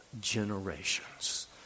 generations